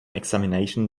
examination